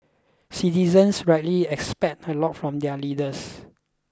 citizens rightly expect a lot from their leaders